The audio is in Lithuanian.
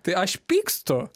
tai aš pykstu